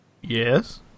Yes